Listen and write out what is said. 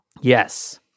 Yes